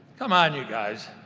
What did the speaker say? come on you guys.